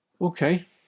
Okay